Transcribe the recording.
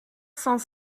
cent